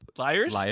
Liars